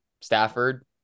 Stafford